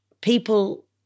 people